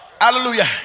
hallelujah